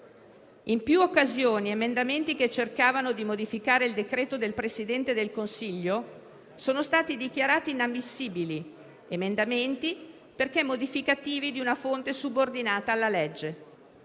In più occasioni, emendamenti che cercavano di modificare il decreto del Presidente del Consiglio dei ministri sono stati dichiarati inammissibili, perché modificativi di una fonte subordinata alla legge.